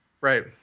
Right